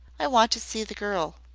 i want to see the girl.